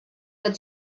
der